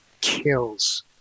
kills